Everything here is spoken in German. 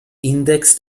index